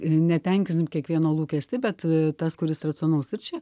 netenkinsim kiekvieno lūkestį bet tas kuris racionalus ir čia